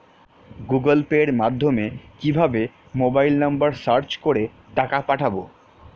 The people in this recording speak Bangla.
গুগোল পের মাধ্যমে কিভাবে মোবাইল নাম্বার সার্চ করে টাকা পাঠাবো?